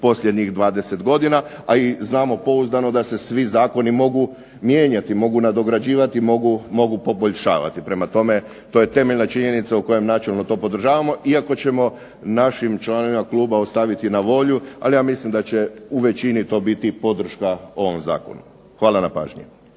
posljednjih 20 godina, a i znamo pouzdano da se svi zakoni mogu mijenjati, mogu nadograđivati, mogu poboljšavati. Prema tome to je temeljna činjenica u kojem načelno to podržavamo. Iako ćemo našim članovima kluba ostaviti na volju, ali ja mislim da će u većini to biti podrška ovom zakonu. Hvala na pažnji.